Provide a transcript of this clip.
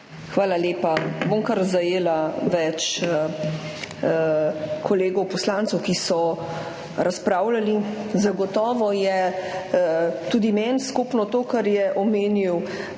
Hvala lepa. Bom kar zajela več kolegov poslancev, ki so razpravljali. Zagotovo je tudi meni skupno to, kar je omenil kolega